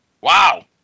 Wow